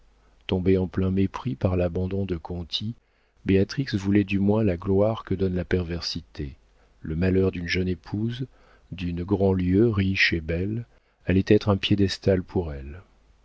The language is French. tombée en plein mépris par l'abandon de conti béatrix voulait du moins la gloire que donne la perversité le malheur d'une jeune épouse d'une grandlieu riche et belle allait être un piédestal pour elle